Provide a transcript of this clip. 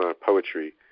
poetry